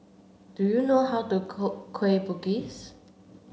do you know how to cook Kueh Bugis